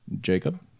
Jacob